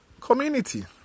community